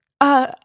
Uh